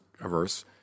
averse